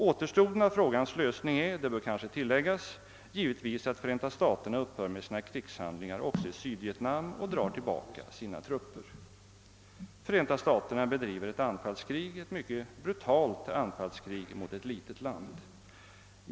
Återstoden av frågans lösning är, det bör kanske tilläggas, givetvis att Förenta staterna slutar med sina krigshandlingar också i Sydvietnam och drar tillbaka sina trupper. Förenta staterna bedriver ett anfallskrig, ett mycket brutalt anfallskrig mot ett litet land.